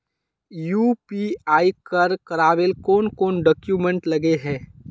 UPI कर करावेल कौन कौन डॉक्यूमेंट लगे है?